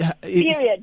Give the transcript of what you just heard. Period